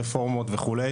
רפורמות וכו'.